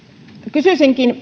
kysyisinkin